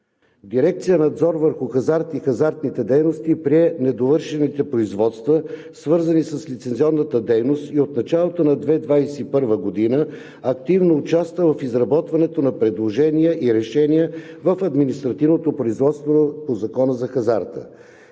Дирекция „Надзор върху хазарта и хазартните дейности“ прие недовършените производства, свързани с лицензионната дейност и от началото на 2021 г. активно участва в изработването на предложения и решения в административното производство по Закона за хазарта.